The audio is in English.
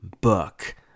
book